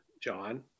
john